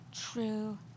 true